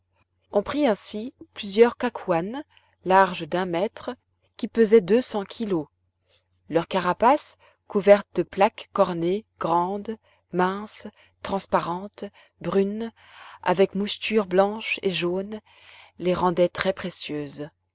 on prit ainsi plusieurs cacouannes larges d'un mètre qui pesaient deux cents kilos leur carapace couverte de plaques cornées grandes minces transparentes brunes avec mouchetures blanches et jaunes les rendaient très précieuses